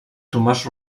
tomàs